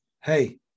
hey